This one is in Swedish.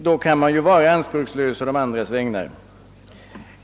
Då kan man ju vara anspråkslös å de andras vägnar.